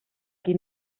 qui